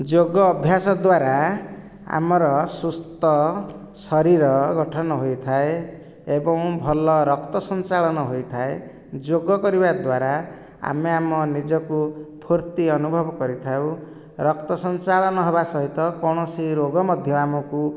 ଯୋଗ ଅଭ୍ୟାସ ଦ୍ୱାରା ଆମର ସୁସ୍ଥ ଶରୀର ଗଠନ ହୋଇଥାଏ ଏବଂ ଭଲ ରକ୍ତ ସଞ୍ଚାଳନ ହୋଇଥାଏ ଯୋଗ କରିବାଦ୍ୱାରା ଆମେ ଆମ ନିଜକୁ ଫୁର୍ତି ଅନୁଭବ କରିଥାଉ ରକ୍ତ ସଞ୍ଚାଳନ ହେବା ସହିତ କୌଣସି ରୋଗ ମଧ୍ୟ ଆମକୁ